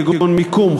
כגון מיקום,